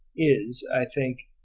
is, i think,